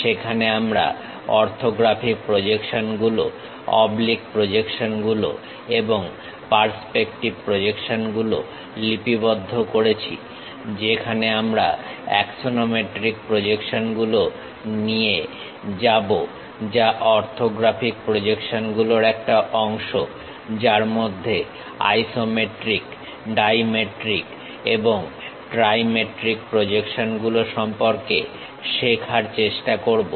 সেখানে আমরা orthographic projection গুলো অবলিক প্রজেকশন গুলো এবং পার্সপেক্টিভ প্রজেকশনগুলো লিপিবদ্ধ করেছি যেখানে আমরা অ্যাক্সনোমেট্রিক প্রজেকশন গুলো নিয়ে যাব যা অর্থোগ্রাফিক প্রজেকশনগুলোর একটা অংশ যার মধ্যে আইসোমেট্রিক ডাইমেট্রিক এবং ট্রাইমেট্রিক প্রজেকশনগুলো সম্পর্কে শেখার চেষ্টা করব